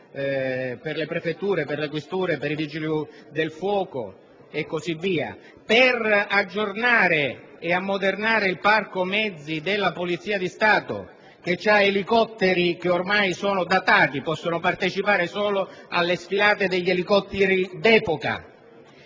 per le prefetture, per le questure, per i Vigili del fuoco e così via, per aggiornare e ammodernare il parco mezzi della Polizia di Stato, che ha elicotteri ormai datati, che possono partecipare solo alle sfilate degli elicotteri d'epoca.